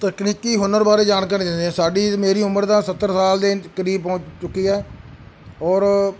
ਤਕਨੀਕੀ ਹੁਨਰ ਬਾਰੇ ਜਾਣਕਾਰੀ ਦਿੰਦੇ ਆ ਸਾਡੀ ਮੇਰੀ ਉਮਰ ਤਾਂ ਸੱਤਰ ਸਾਲ ਦੇ ਕਰੀਬ ਪਹੁੰਚ ਚੁੱਕੀ ਹੈ ਔਰ